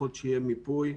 לפחות שיהיה מיפוי,